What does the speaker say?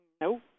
No